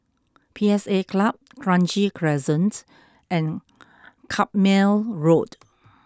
P S A Club Kranji Crescent and Carpmael Road